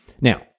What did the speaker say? Now